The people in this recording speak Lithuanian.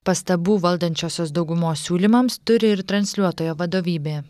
pastabų valdančiosios daugumos siūlymams turi ir transliuotojo vadovybė